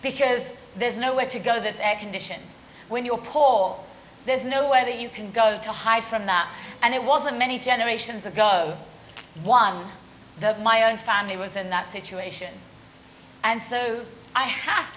because there's no where to go this air condition when your paul there's no way that you can go to hide from that and it was a many generations ago one of my own family was in that situation and so i have